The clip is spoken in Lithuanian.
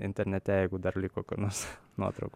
internete jeigu dar liko kur nors nuotraukų